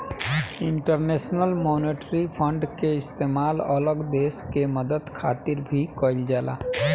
international monetary fund के इस्तेमाल अलग देश के मदद खातिर भी कइल जाला